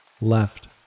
Left